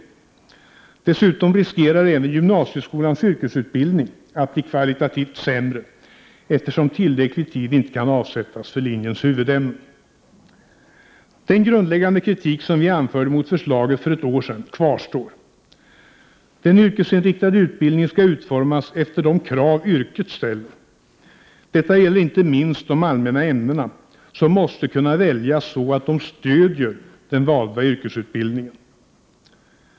Dessutom 24maj 1989 riskerar även gymnasieskolans yrkesutbildning att bli kvalitativt sämre, eftersom tillräcklig tid inte kan avsättas för linjens huvudämnen. Den grundläggande kritik som vi anförde mot förslaget för ett år sedan kvarstår: Den yrkesinriktade utbildningen skall utformas efter de krav yrket ställer. Detta gäller inte minst de allmänna ämnena, som måste väljas så, att de stödjer den valda yrkesutbildningen.